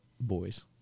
Boys